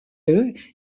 est